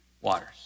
waters